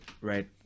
right